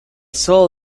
sol